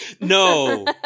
No